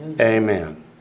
Amen